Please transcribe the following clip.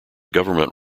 government